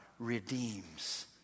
redeems